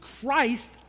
Christ